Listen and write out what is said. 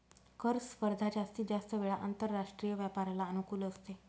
कर स्पर्धा जास्तीत जास्त वेळा आंतरराष्ट्रीय व्यापाराला अनुकूल असते